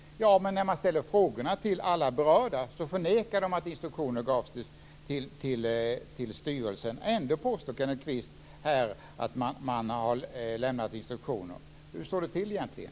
Men när man ställer frågan till alla berörda så förnekar de att instruktioner gavs till styrelsen. Ändå påstår Kenneth Kvist här att man har lämnat instruktioner. Hur står det till egentligen?